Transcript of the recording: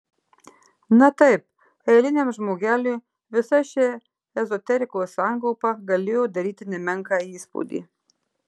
na taip eiliniam žmogeliui visa ši ezoterikos sankaupa galėjo daryti nemenką įspūdį